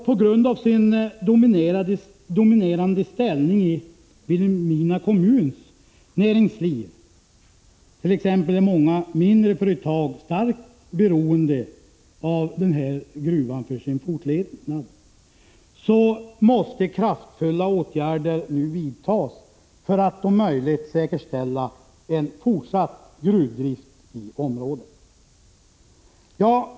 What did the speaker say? På grund av sin dominerande ställning i Vilhelmina kommuns näringsliv — många mindre företag är starkt beroende av gruvans fortlevnad — måste kraftfulla åtgärder vidtas för att om möjligt säkerställa en fortsatt gruvdrift i området.